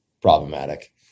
problematic